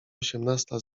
osiemnasta